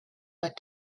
but